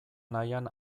nahian